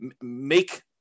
make